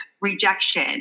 Rejection